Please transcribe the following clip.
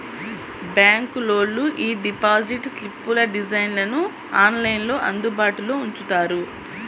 బ్యాంకులోళ్ళు యీ డిపాజిట్ స్లిప్పుల డిజైన్లను ఆన్లైన్లో అందుబాటులో ఉంచుతారు